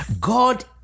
God